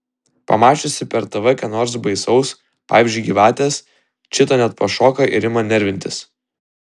pamačiusi per tv ką nors baisaus pavyzdžiui gyvates čita net pašoka ir ima nervintis